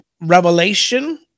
revelation